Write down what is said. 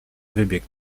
wybieg